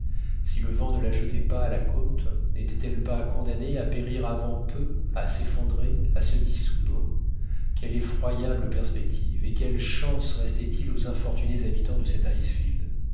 si le vent ne la jetait pas à la côte n'était-elle pas condamnée à périr avant peu à s'effondrer à se dissoudre quelle effroyable perspective et quelle chance restait-il aux infortunés habitants de cet